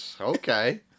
Okay